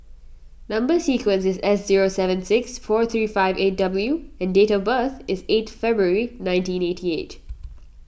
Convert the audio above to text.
Number Sequence is S zero seven six four three five eight W and date of birth is eight February nineteen eighty eight